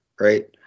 right